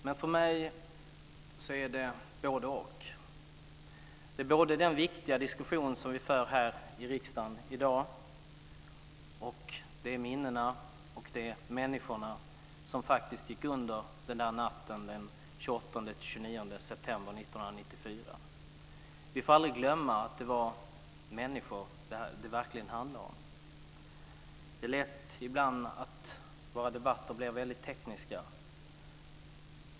Men för mig är det både-och. Det är både den viktiga diskussion som vi för här i riksdagen i dag, och det är minnena och människorna som faktiskt gick under den där natten den 28-29 september 1994. Vi får aldrig glömma att det var människor som det verkligen handlade om. Det är ibland lätt att våra debatter blir väldigt tekniska.